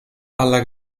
alla